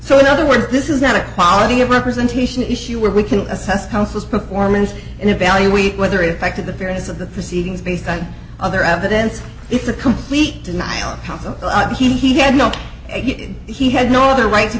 so in other words this is not a quality of representation issue where we can assess counsel's performance and evaluate whether in fact of the fairness of the proceedings based on other evidence it's a complete denial of them he had no he had no other